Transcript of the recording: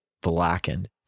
blackened